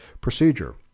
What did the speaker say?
procedure